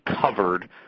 covered